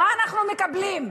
מה אנחנו מקבלים?